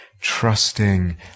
Trusting